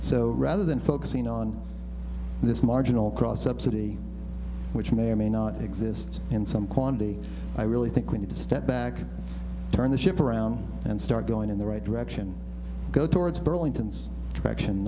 so rather than focusing on this marginal cross subsidy which may or may not exist in some quantity i really think we need to step back turn the ship around and start going in the right direction go towards burlington's action